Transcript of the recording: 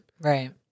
right